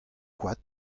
koad